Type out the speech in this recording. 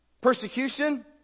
Persecution